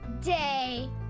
Day